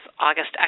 August